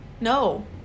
No